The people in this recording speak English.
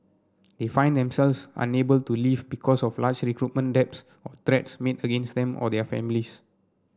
they find themselves unable to leave because of large recruitment debts or threats made against them or their families